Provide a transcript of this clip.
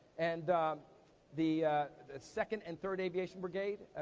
and the second and third aviation brigade.